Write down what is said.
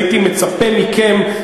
הייתי מצפה מכם,